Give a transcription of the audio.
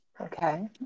okay